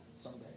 someday